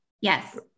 Yes